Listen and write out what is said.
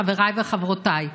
חבריי וחברותיי,